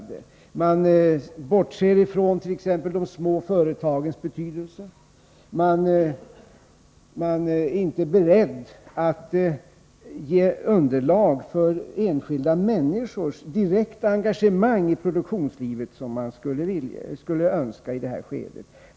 Regeringen bortser t.ex. från de små företagens betydelse, och man är inte beredd att ge underlag för enskilda människors direkta engagemang i produktionslivet på det sätt som i detta skede vore önskvärt.